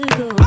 go